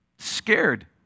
Scared